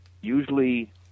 usually